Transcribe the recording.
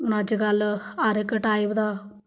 हून अजकल्ल हर इक्क टाइप दा